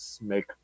make